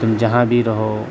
تم جہاں بھی رہو